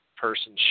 person